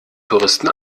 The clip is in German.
touristen